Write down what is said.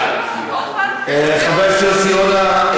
חבר הכנסת יוסי יונה,